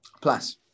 plus